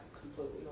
completely